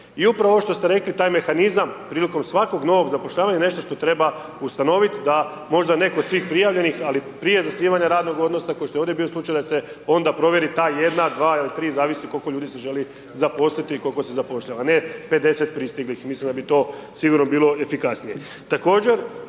I upravo ovo što ste rekli, taj mehanizam prilikom svakog novog zapošljavanja je nešto što treba ustanovit da možda netko od tih prijavljenih, ali prije zasnivanja radnog odnosa ko što je ovdje bio slučaj da se onda provjeri ta jedna, dva ili tri zavisi koliko ljudi se želi zaposliti i kolko se zapošljava, ne 50 pristiglih, mislim da bi to sigurno bilo efikasnije.